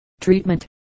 Treatment